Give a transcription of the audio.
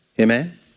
Amen